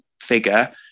figure